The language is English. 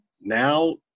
Now